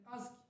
ask